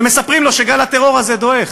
ומספרים לו שגל הטרור הזה דועך.